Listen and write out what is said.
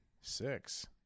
Six